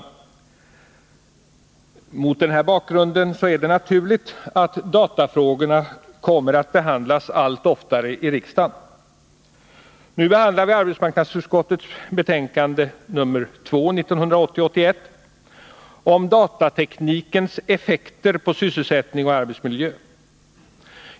Mot den här bakgrunden är det naturligt att datafrågorna kommer att tas upp allt oftare i riksdagen. Nu behandlar vi arbetsmarknads utskottets betänkande 1980/81:2 om datateknikens effekter på sysselsättning och arbetsmiljö.